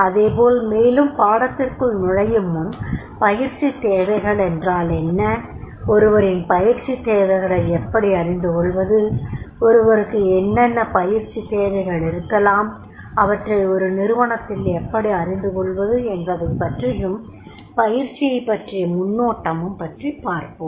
அதேபோல் மேலும் பாடத்திற்குள் நுழையும் முன்பு பயிற்சித் தேவைகள் என்றால் என்ன ஒருவரின் பயிற்சித் தேவைகளை எப்படி அறிந்துகொள்வது ஒருவருக்கு என்னென்ன பயிற்சித் தேவைகள் இருக்கலாம் அவற்றை ஒரு நிறுவனத்தில் எப்படி அறிந்துகொள்வது என்பதைப் பற்றியும் பயிற்சியைப் பற்றிய முன்னோட்டமும் பற்றி பார்ப்போம்